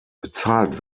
bezahlt